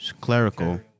clerical